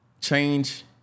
Change